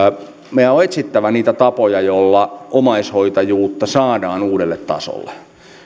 meidän on etsittävä niitä tapoja joilla omaishoitajuutta saadaan uudelle tasolle